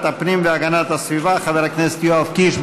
הפנים והגנת הסביבה חבר הכנסת יואב קיש,